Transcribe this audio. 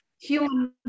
human